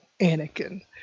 Anakin